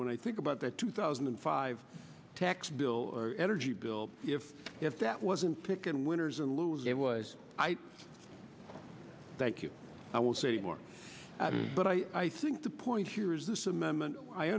when i think about that two thousand and five tax bill or energy bill if if that wasn't picking winners and losers it was i thank you i will say more but i think the point here is this amendment i